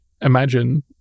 imagine